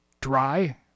dry